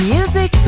Music